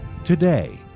today